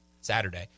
Saturday